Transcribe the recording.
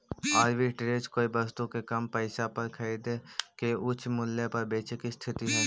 arbitrage कोई वस्तु के कम पईसा पर खरीद के उच्च मूल्य पर बेचे के स्थिति हई